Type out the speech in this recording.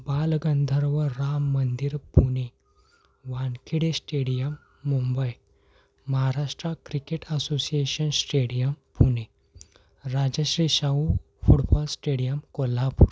Balgandharva Ram Mandir Pune Wankhede stadium Mumbai Maharashtra cricket association stadium Pune Rajarshi Shahu football stadium Kolhapur